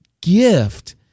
gift